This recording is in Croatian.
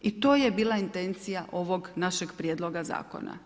I to je bila intencija ovog našeg prijedloga zakona.